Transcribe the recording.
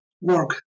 work